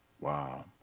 Wow